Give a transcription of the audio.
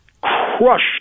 crushed